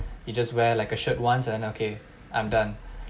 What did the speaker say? you just wear like a shirt once and then okay I'm done